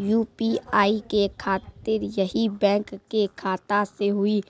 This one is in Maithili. यु.पी.आई के खातिर यही बैंक के खाता से हुई